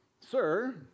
Sir